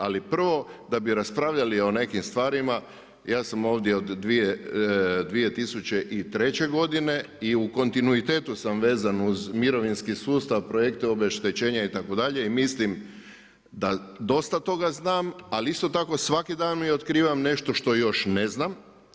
Ali prvo da bi raspravljali o nekim stvarima, ja sam ovdje od 2003. godine i u kontinuitetu sam vezan uz mirovinski sustav projekte obeštećenja itd. i mislim da dosta toga znam, ali isto tako svaki dan otkrivan nešto što još ne znam.